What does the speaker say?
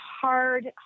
hard